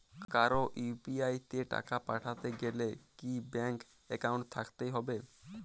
কারো ইউ.পি.আই তে টাকা পাঠাতে গেলে কি ব্যাংক একাউন্ট থাকতেই হবে?